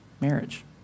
marriage